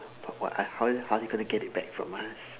but what I how how they gonna get it back from us